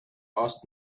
asked